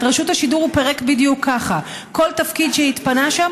את רשות השידור הוא פירק בדיוק ככה: כל תפקיד שהתפנה שם,